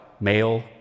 male